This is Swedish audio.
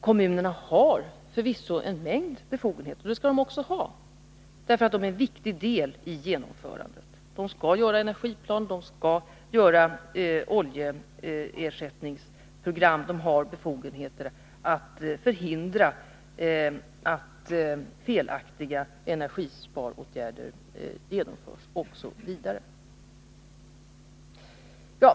Kommunerna har förvisso en mängd befogenheter, och det skall de ha, därför att kommunernas insats är en viktig del i genomförandet. Kommunerna skall göra energiplaner och oljeersättningsprogram. De har befogenheter att förhindra att felaktiga energisparåtgärder genomförs osv.